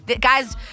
Guys